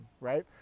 right